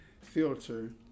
filter